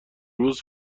روز